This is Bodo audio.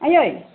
आइयै